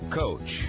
coach